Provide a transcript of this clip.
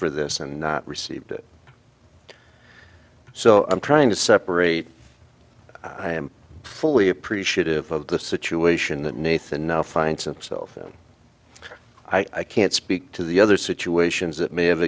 for this and not received it so i'm trying to separate i am fully appreciative of the situation that nathan now finds himself in i can't speak to the other situations that may have